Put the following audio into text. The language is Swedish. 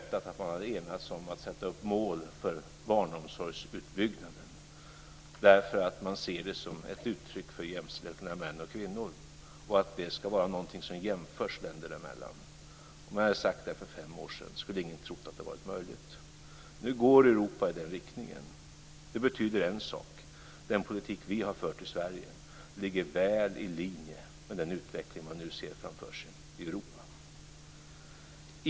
Det betyder en sak: Den politik som vi har fört i Sverige ligger väl i linje med den utveckling som man nu ser framför sig i Europa.